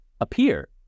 appear